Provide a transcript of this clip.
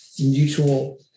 mutual